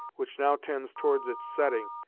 which now tends towards its setting,